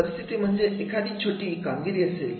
परिस्थिती म्हणजे एखादी छोटी कामगिरी असेल